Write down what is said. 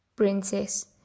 princess